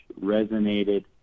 resonated